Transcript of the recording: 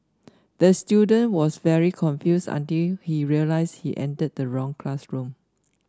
the student was very confused until he realised he entered the wrong classroom